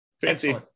fancy